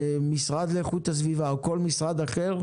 המשרד להגנת הסביבה או כל משרד אחר,